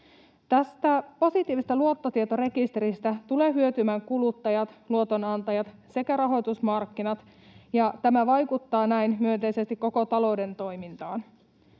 Tästä positiivisesta luottotietorekisteristä tulevat hyötymään kuluttajat, luotonantajat sekä rahoitusmarkkinat, ja tämä vaikuttaa näin myönteisesti koko talouden toimintaan.